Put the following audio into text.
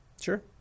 Sure